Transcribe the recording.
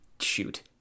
shoot